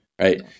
right